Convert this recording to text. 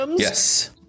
yes